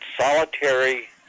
solitary